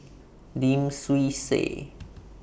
Lim Swee Say